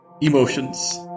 emotions